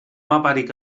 maparik